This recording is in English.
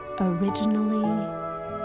originally